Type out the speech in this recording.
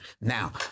Now